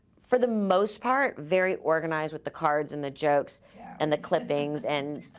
for the most part, very organized with the cards and the jokes and the clippings and,